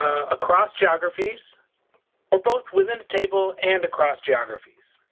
across geographies or both within a table and across geographies.